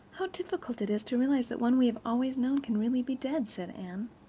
how difficult it is to realize that one we have always known can really be dead, said anne,